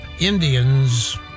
Indians